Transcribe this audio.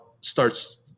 starts